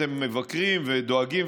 אתם מבקרים ודואגים,